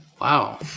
Wow